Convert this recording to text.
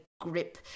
grip